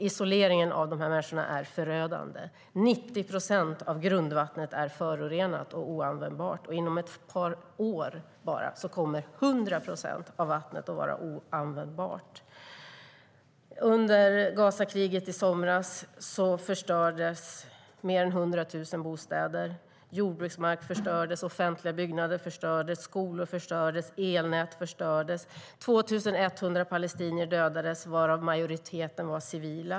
Isoleringen av dessa människor är förödande. 90 procent av grundvattnet är förorenat och oanvändbart, och inom bara ett par år kommer hundra procent av vattnet att vara oanvändbart. Under Gazakriget i somras förstördes mer än 100 000 bostäder. Jordbruksmark, offentliga byggnader, skolor och elnät förstördes. 2 100 palestinier dödades, varav majoriteten var civila.